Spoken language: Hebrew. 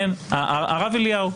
הרב אליהו.